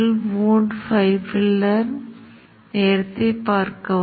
செறிவூட்டல் விளைவுகளைக் கூட கவனிக்கும் வகையில் துணை சுற்று மாதிரியை இங்கு சேர்த்துள்ளோம்